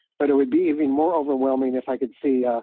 but it would be even more overwhelming, if i could see